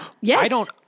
Yes